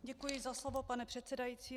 Děkuji za slovo, pane předsedající.